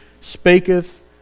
speaketh